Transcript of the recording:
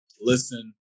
listen